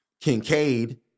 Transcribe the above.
Kincaid